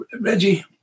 Reggie